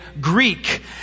Greek